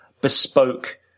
bespoke